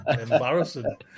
Embarrassing